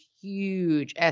huge